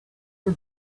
you